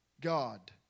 God